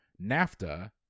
NAFTA